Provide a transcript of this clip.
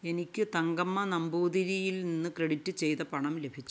എനിക്ക് തങ്കമ്മ നമ്പൂതിരിയിൽ നിന്ന് ക്രെഡിറ്റ് ചെയ്ത പണം ലഭിച്ചൊ